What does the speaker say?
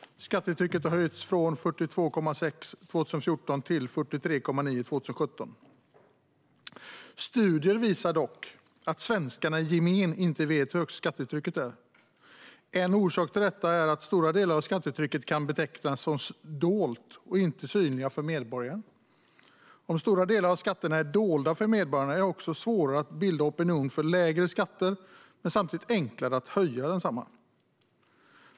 Skattetrycket har höjts från 42,6 procent 2014 till 43,9 procent 2017. Studier visar dock att svenskarna i gemen inte vet hur högt skattetrycket är. En orsak till detta är att stora delar av skattetrycket kan betecknas som dolda och inte är synliga för medborgaren. Om stora delar av skatterna är dolda för medborgarna är det svårare att bilda opinion för lägre skatter men samtidigt enklare att höja skatterna.